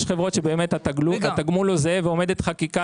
יש חברות שבאמת התגמול הוא זהה ועומדת חקיקה